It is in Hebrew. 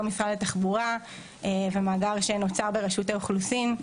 משרד התחבורה ומאגר שנוצר ברשות האוכלוסין,